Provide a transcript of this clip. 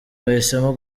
bahisemo